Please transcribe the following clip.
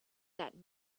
that